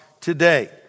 today